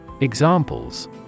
Examples